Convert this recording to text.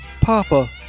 Papa